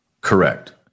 Correct